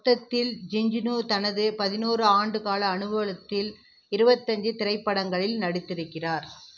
மொத்தத்தில் ஜிஞ்சுனு தனது பதினோரு ஆண்டு கால அனுபவத்தில் இருபத்தஞ்சு திரைப்படங்களில் நடித்திருக்கிறார்